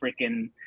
freaking